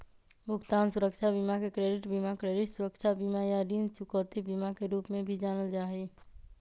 भुगतान सुरक्षा बीमा के क्रेडिट बीमा, क्रेडिट सुरक्षा बीमा, या ऋण चुकौती बीमा के रूप में भी जानल जा हई